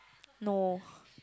no